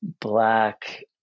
Black